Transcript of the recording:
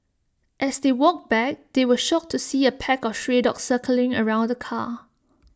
as they walked back they were shocked to see A pack of stray dogs circling around the car